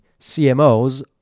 CMOs